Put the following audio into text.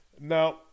Now